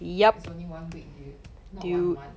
it's only one week dude not one month